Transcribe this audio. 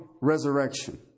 resurrection